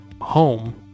home